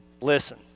Listen